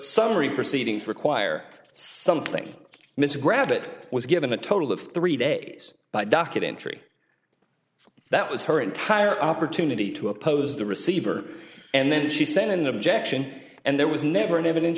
summary proceedings require something mr grab that was given a total of three days by docket entry that was her entire opportunity to oppose the receiver and then she sent an objection and there was never an eviden